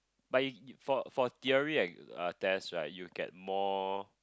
but for for theory and uh test right you get more